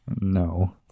No